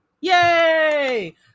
Yay